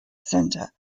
centre